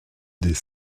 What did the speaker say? des